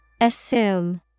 Assume